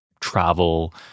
travel